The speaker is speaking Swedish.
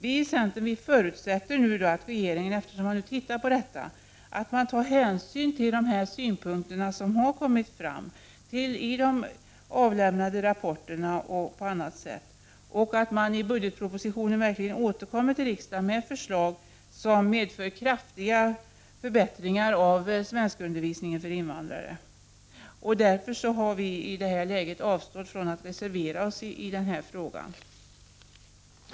Vi i centern förutsätter att regeringen tar hänsyn till de synpunkter som har kommit fram i de avlämnade rapporterna och på annat sätt, samt att regeringen återkommer till riksdagen med förslag som medför en kraftig förbättring av svenskundervisningen för invandrare. Centerpartiet har därför i detta läge avstått från att reservera sig i den här frågan.